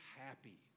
happy